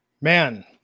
man